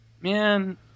man